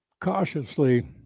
cautiously